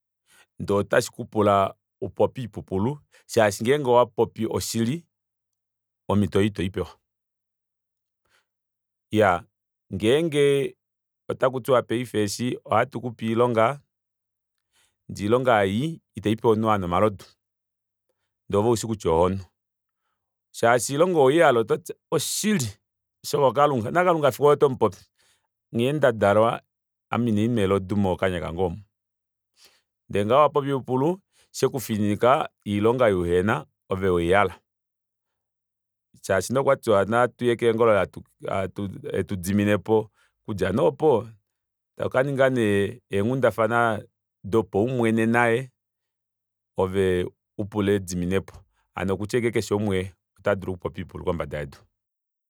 Ndee otashikupula upopye oipupulu shaashi ngenge owapopi oshili omito oyo itoipewa iyaa ngenge otakutiwa paife eeshi ohatukupe oilonga ndee oilonga ei ita ipewa omunhu hanu omalodu ndee ove oushi kutya ohonu shaashi oilonga oweihala oshili shokoo kalunga nakalunga fiku oolo otomupopi ngheendadalwa ame ina ndinwa elodu mokanya kange omu ndee ngaho owapopya oipupulu shekufininika oilonga ei uhena ove weihala shaashi nee okwatiwa natuye keengolo etudiminepo okudja nee opo tokaninga nee eenghundafana dopaumwene naye ove upule ediminepo ano okutya ashike keshe umwe otadulu okupopya oipupulu kombada yedu